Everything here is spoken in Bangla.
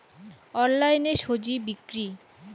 অনলাইনে স্বজি বিক্রি?